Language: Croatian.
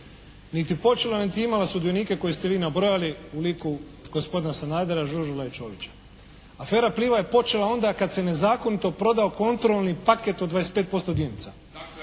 niti počela niti je imala sudionike koje ste vi nabrojali u liku gospodina Sanadera, Žužula i Čovića. Afera "Pliva" je počela onda kad se nezakonito prodao kontrolni paket od 25% dionica.